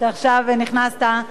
עכשיו נכנסת,